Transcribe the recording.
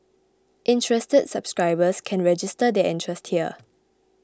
interested subscribers can register their interest here